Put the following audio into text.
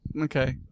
Okay